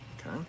okay